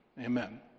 Amen